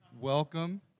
welcome